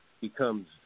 Becomes